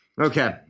Okay